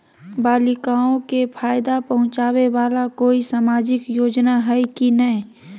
बालिकाओं के फ़ायदा पहुँचाबे वाला कोई सामाजिक योजना हइ की नय?